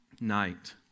night